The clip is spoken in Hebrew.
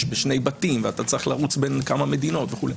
בשני בתים ואתה צריך לרוץ בין כמה מדינות וכו'.